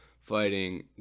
fighting